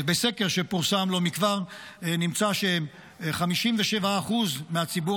בסקר שפורסם לא מכבר נמצא ש-57% מהציבור